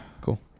Cool